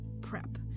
prep